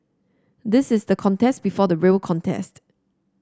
this is the contest before the real contest